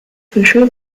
fische